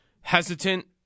hesitant